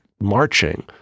marching